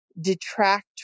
detract